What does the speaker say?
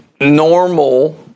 normal